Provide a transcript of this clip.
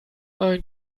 ein